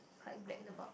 quite about